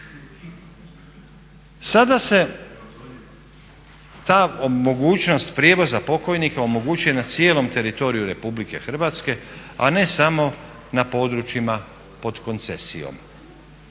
Sada se ta mogućnost prijevoza pokojnika omogućuje na cijelom teritoriju RH a ne samo na područjima pod koncesijom.